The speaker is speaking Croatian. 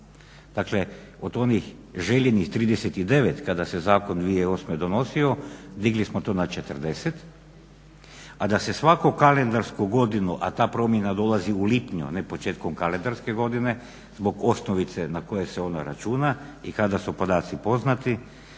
Dakle od onih željenih 39 kada se zakon 2008.donosio digli smo to na 40, a da se svaku kalendarsku godinu, a ta promjena dolazi u lipnju a ne početkom kalendarske godine zbog osnovice na koje se ona računa i kada su podaci poznati